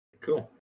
Cool